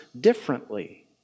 differently